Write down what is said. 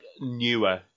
newer